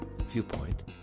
Viewpoint